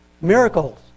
Miracles